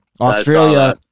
Australia